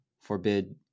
forbid